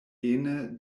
ene